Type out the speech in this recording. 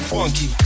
Funky